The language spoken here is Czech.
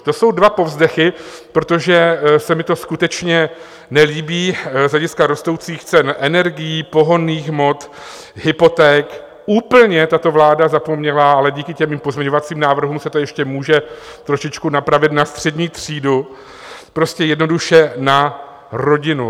To jsou dva povzdechy, protože se mi to skutečně nelíbí, z hlediska rostoucích cen energií, pohonných hmot, hypoték, úplně tato vláda zapomněla ale díky těm mým pozměňovacím návrhům se to ještě může trošičku napravit na střední třídu, prostě a jednoduše na rodinu.